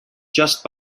just